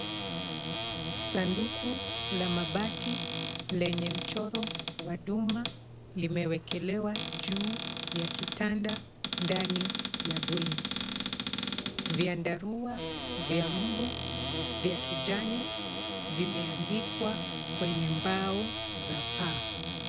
Sanduku la mabati lenye mchoro wa duma limewekelewa juu ya kitanda ndani ya bweni. Vyandarua vya mbu vya kijani vimeangikwa kwenye mbao za paa.